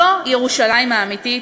זו ירושלים האמיתית,